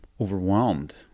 overwhelmed